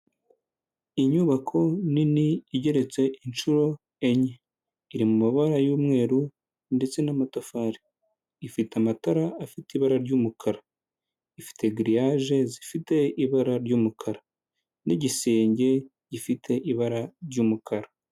Inyubako nini igeretse inshuro enye iri mu mabara y'umweru ndetse n'amatafari, ifite amatara afite ibara ry'umukara ifite giriyage zifite ibara ry'umukara n'igisenge gifite ibara ry'umukara.